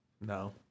No